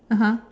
(uh huh)